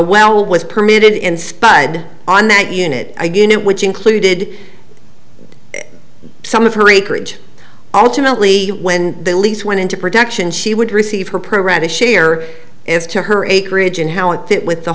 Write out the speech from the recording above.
well was permitted in spied on that unit again which included some of her acreage ultimately when the lease went into production she would receive her program to share as to her acreage and how it fit with the